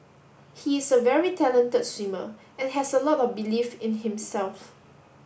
he is a very talented swimmer and has a lot of belief in himself